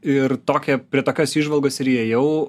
ir tokia prie tokios įžvalgos ir įėjau